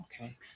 okay